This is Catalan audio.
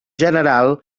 general